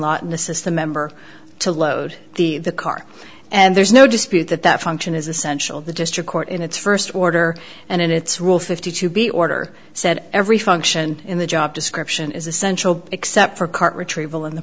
lot in the system member to load the car and there's no dispute that that function is essential the district court in its first order and in its rule fifty to be order said every function in the job description is essential except for cart retrieval in the